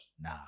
Nah